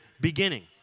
beginning